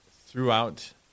throughout